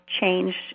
changed